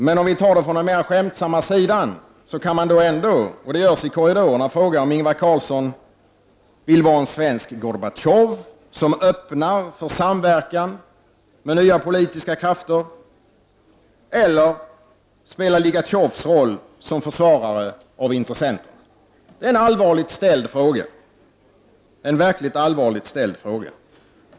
Låt mig ändå ta det hela mera från den skämtsamma sidan och, som sker i korridorerna, fråga om Ingvar Carlsson vill vara en svensk Gorbatjov som öppnar för samverkan med nya poli tiska krafter eller om han vill spela Likhatjovs roll som försvarare av intressenterna. Det är en verkligt allvarligt ställd fråga.